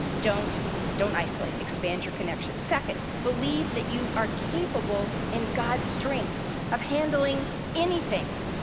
don't don't isolate. expand your connections. second, believe that you are capable in god's strength of handling anything.